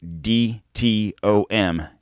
D-T-O-M